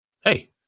Hey